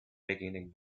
beginning